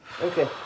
Okay